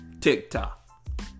TikTok